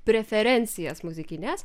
preferencijas muzikines